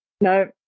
No